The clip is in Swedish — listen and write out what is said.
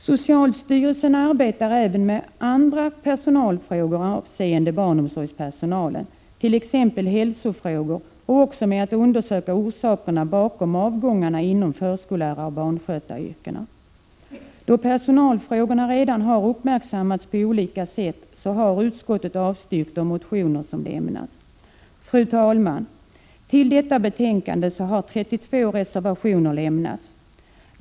Socialstyrelsen arbetar även med andra personalfrågor avseende barnomsorgspersonal, t.ex. hälsofrågor, och också med att undersöka orsakerna bakom avgångarna inom förskolläraroch barnskötaryrkena. Då personalfrågorna redan har uppmärksammats på olika sätt, har utskottet avstyrkt de motioner som har lämnats. Fru talman! Till detta betänkande har lämnats 32 reservationer.